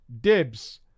Dibs